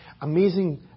amazing